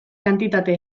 kantitate